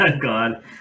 God